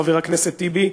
חבר הכנסת טיבי,